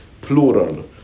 plural